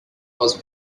was